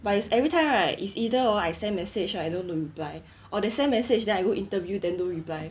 but it's every time right it's either hor I send message right then don't no reply or they send message then I go interview then no reply